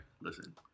Listen